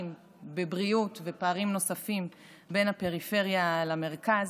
בבריאות ופערים נוספים בין הפריפריה למרכז,